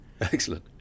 Excellent